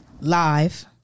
Live